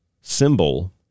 symbol